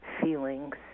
feelings